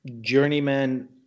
journeyman